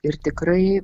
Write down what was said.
ir tikrai